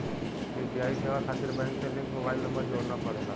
UPI सेवा खातिर bank से लिंक मोबाइल नंबर जोड़ना पड़ला